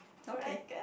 okay